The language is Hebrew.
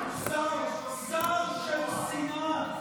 שר של שנאה.